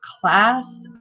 class